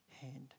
hand